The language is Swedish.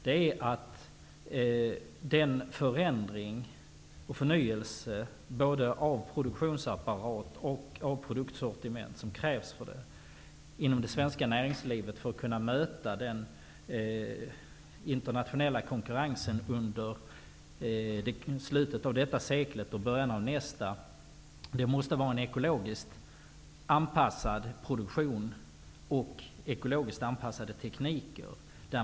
Det är att den förändring och förnyelse, både av produktionsapparat och av produktsortiment, som krävs inom det svenska näringslivet för att kunna möta den internationella konkurrensen under slutet av detta sekel och början av nästa, måste innebära en ekologiskt anpassad produktion och ekologiskt anpassade tekniker.